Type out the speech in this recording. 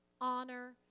honor